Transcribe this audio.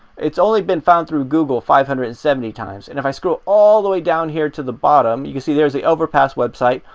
it's only been found through google five hundred and seventy times. and if i scroll all the way down here to the bottom, you could see there's the overpass website,